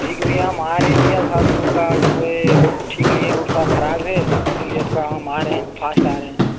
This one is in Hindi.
ठीक है भैया हम आ रहे हैं भैया वहाँ रूट का जो है रूट ठीक नहीं है रूट थोड़ा ख़राब है इसी लिए थोड़ा हम आ रहे हैं फास्ट आ रहे हैं